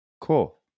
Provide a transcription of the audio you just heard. Cool